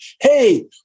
hey